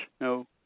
no